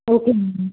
okay ma'am